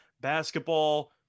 basketball